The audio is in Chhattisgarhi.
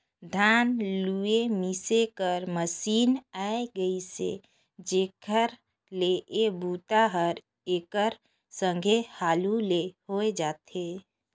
धान लूए मिसे कर मसीन आए गेइसे जेखर ले ए बूता हर एकर संघे हालू ले होए जाथे